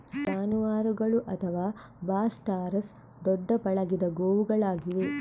ಜಾನುವಾರುಗಳು ಅಥವಾ bos taurus ದೊಡ್ಡ ಪಳಗಿದ ಗೋವುಗಳಾಗಿವೆ